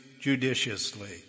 judiciously